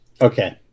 Okay